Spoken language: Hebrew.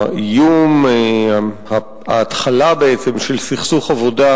האיום, ההתחלה של סכסוך עבודה,